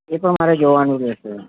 એ તો મારે જોવાનું રહેશે